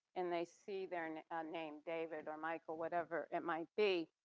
and they see their and name david or michael, whatever it might be,